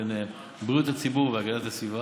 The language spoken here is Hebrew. עיניהם: בריאות הציבור והגנת הסביבה.